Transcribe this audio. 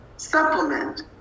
Supplement